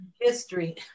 history